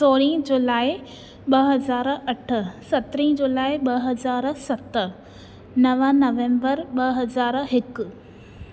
सोरहां जुलाई ॿ हज़ार अठ सतरि जुलाई ॿ हज़ार सत नव नवंबर ॿ हज़ार हिकु